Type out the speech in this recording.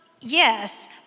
Yes